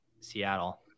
Seattle